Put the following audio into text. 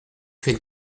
fait